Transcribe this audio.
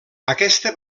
aquesta